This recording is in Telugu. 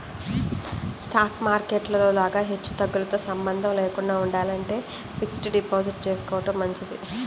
స్టాక్ మార్కెట్ లో లాగా హెచ్చుతగ్గులతో సంబంధం లేకుండా ఉండాలంటే ఫిక్స్డ్ డిపాజిట్ చేసుకోడం మంచిది